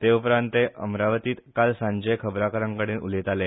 तेउपरांत ते अमरावतीत काल सांजे खबराकारांकडेन उलयले